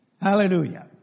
Hallelujah